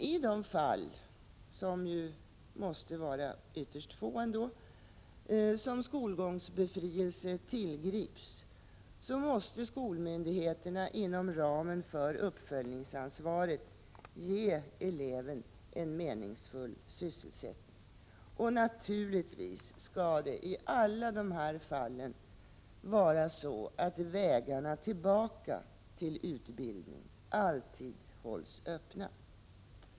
I de fall där skolgångsbefrielse tillgrips som ju måste vara ytterst få, måste skolmyndigheterna inom ramen för uppföljningsansvaret ge eleven en meningsfull sysselsättning. Naturligtvis skall i alla de här fallen vägarna tillbaka till utbildning alltid hållas öppna.